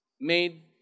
made